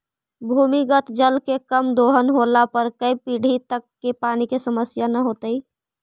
भूमिगत जल के कम दोहन होला पर कै पीढ़ि तक पानी के समस्या न होतइ